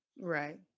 Right